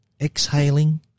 exhaling